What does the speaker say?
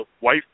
wife